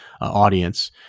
audience